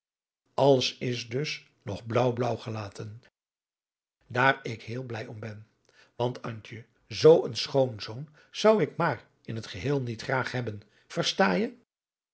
alles is dus nog blaauw blaauw gelaten daar ik heel blij om ben want antje zoo een schoonzoon zou ik maar in het geheel niet graag hebben verstaje